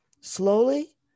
slowly